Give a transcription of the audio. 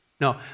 No